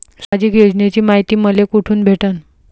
सामाजिक योजनेची मायती मले कोठून भेटनं?